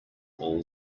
all